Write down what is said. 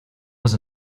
was